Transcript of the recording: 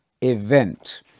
event